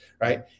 Right